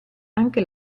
anche